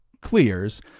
clears